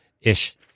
ish